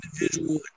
individual